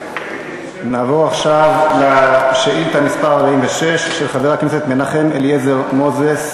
נעבור עכשיו לשאילתה מס' 46 של חבר הכנסת מנחם אליעזר מוזס.